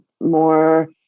more